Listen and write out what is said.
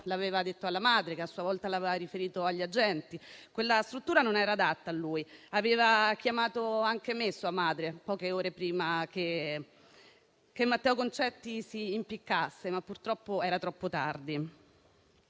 l'aveva detto alla madre che a sua volta l'aveva riferito agli agenti. Quella struttura non era adatta a lui; sua madre aveva chiamato anche me poche ore prima che Matteo Concetti si impiccasse, ma purtroppo era troppo tardi.